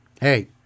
hey